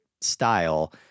style